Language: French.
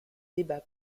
débats